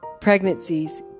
pregnancies